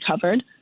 covered